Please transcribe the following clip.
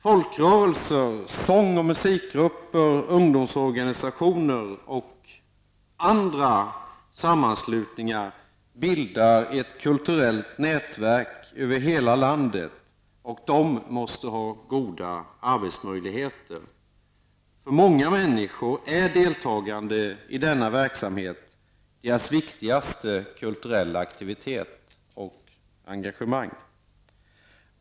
Folkrörelser, sång och musikgrupper, ungdomsorganisationer och andra sammanslutningar bildar ett kulturellt nätverk över hela landet, och de måste ha goda arbetsmöjligheter. För många människor är deltagande i denna verksamhet deras viktigaste kulturella aktivitet och engagemang.